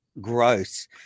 Gross